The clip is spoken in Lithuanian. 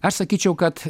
aš sakyčiau kad